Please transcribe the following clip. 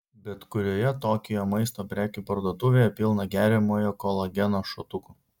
bet kurioje tokijo maisto prekių parduotuvėje pilna geriamojo kolageno šotukų